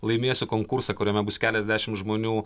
laimėsiu konkursą kuriame bus keliasdešim žmonių